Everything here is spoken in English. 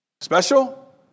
Special